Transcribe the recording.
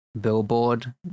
Billboard